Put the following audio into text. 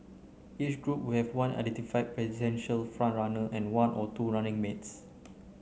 each group would have one identified presidential front runner and one or two running mates